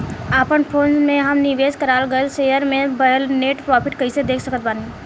अपना फोन मे हम निवेश कराल गएल शेयर मे भएल नेट प्रॉफ़िट कइसे देख सकत बानी?